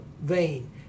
vain